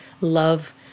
love